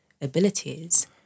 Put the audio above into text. abilities